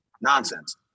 nonsense